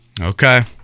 Okay